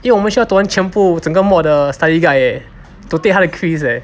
因为我们需要读完全部整个 mod 的 study guide leh to take 他的 quiz leh